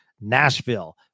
Nashville